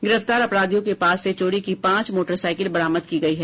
गिरफ्तार अपराधियों के पास से चोरी की पांच मोटरसाइकिल बरामद की गयी है